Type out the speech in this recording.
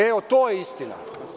Evo, to je istina.